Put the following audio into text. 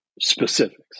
specifics